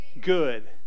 Good